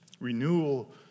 Renewal